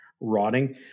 rotting